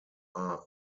are